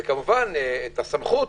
וכמובן את הסמכות